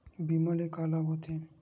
बीमा ले का लाभ होथे?